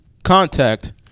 Contact